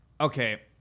okay